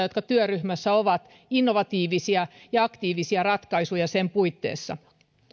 jotka työryhmässä ovat innovatiivisia ja aktiivisia ratkaisuja sen puitteissa